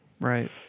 Right